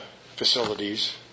facilities